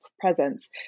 presence